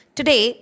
Today